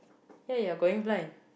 hey you are going blind